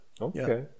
Okay